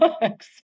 books